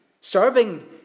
Serving